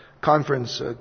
conference